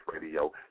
Radio